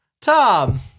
Tom